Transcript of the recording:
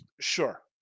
Sure